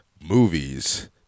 movies